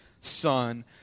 son